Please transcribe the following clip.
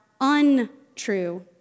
untrue